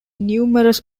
numerous